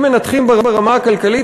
אם מנתחים ברמה הכלכלית,